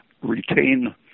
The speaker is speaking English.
retain